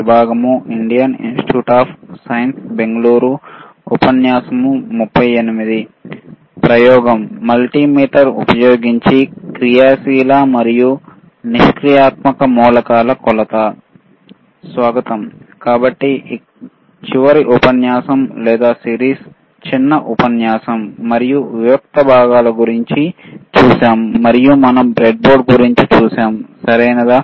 కాబట్టి చివరి ఉపన్యాసం లేదా సిరీస్ చిన్న ఉపన్యాసంలో మనం వివిక్త భాగాలు గురించి చూశాము మరియు మనం బ్రెడ్బోర్డ్ గురించి చూశాము సరియైనదా